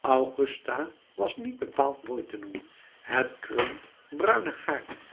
augusta was niet bepaald mooi te noemen het krullend bruine haar